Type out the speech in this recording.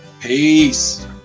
Peace